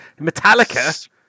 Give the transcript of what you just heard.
metallica